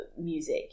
music